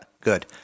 Good